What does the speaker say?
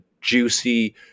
juicy